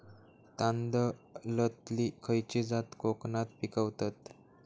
तांदलतली खयची जात कोकणात पिकवतत?